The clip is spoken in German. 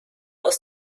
aus